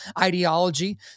ideology